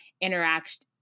interaction